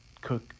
Cook